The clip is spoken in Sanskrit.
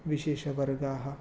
विशेषवर्गाः